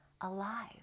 alive